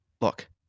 Look